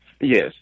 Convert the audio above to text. Yes